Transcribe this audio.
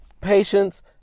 patience